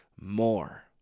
more